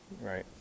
right